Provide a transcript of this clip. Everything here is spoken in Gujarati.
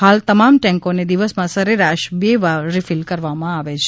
હાલ તમામ ટેન્કોને દિવસમાં સરેરાશ બે વાર રિફીલ કરવામાં આવે છે